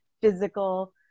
physical